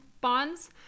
bonds